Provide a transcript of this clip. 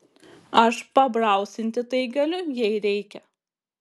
aš pabrausinti tai galiu jei reikia